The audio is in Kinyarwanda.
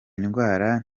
ndwara